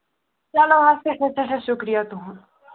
چلو حظ سٮ۪ٹھا سٮ۪ٹھاہ شُکرِیہ تُہُنٛد